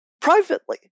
privately